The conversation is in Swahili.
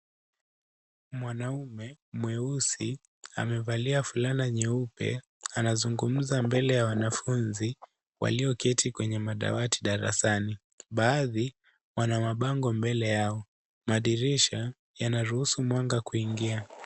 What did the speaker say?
Mwanaume mweusi amevalia fulana nyeupe, anazungumza mbele ya wanafunzi, walioketi kwenye madawati darasani. Baadhi wana mabango mbele yao. Madirisha yanaruhusu mwanga kuingia.